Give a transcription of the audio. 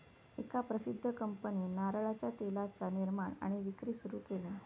एका प्रसिध्द कंपनीन नारळाच्या तेलाचा निर्माण आणि विक्री सुरू केल्यान